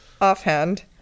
offhand